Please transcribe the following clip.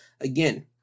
again